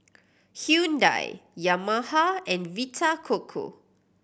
Hyundai Yamaha and Vita Coco